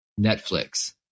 netflix